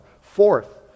fourth